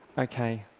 okay.